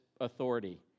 authority